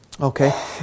Okay